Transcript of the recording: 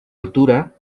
altura